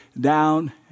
down